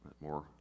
more